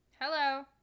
Hello